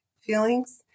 feelings